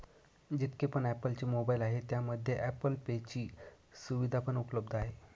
जितके पण ॲप्पल चे मोबाईल आहे त्यामध्ये ॲप्पल पे ची सुविधा पण उपलब्ध आहे